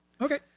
okay